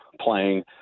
playing